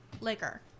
liquor